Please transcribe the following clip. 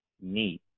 need